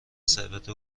ثروت